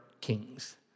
kings